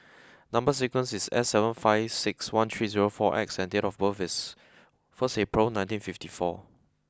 number sequence is S seven five six one three zero four X and date of birth is first April nineteen fifty four